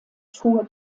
tour